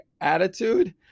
attitude